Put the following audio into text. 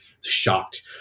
shocked